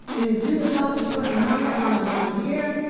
it is difficult to put a number on an idea,